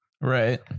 Right